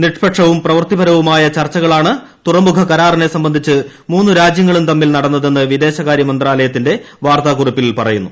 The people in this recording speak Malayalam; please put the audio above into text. നിഷ്പക്ഷവും പ്രവർത്തിപരവുമായ ചർച്ചകളാണ് തുറമുഖ കരാറിനെ സംബന്ധിച്ച് മൂന്ന് രാജ്യങ്ങളും തമ്മിൽ നടന്നതെന്ന് വിദേശകാര്യ മന്ത്രാലയത്തിന്റെ വാർത്താക്കുറിപ്പിൽ പറയുന്നു